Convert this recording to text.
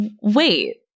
wait